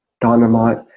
dynamite